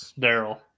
Daryl